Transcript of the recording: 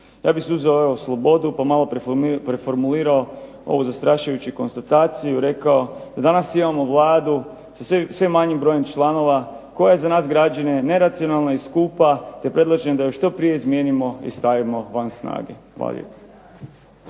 Ja bih si uzeo slobodu pa malo preformulirao ovo zastrašujuću konstataciju i rekao da danas imamo Vladu, …/Ne razumije se./… manjim brojem članova koja za nas građane neracionalno i skupa, te predlažem da ju što prije izmijenimo i stavimo van snage. Hvala lijepo.